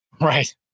Right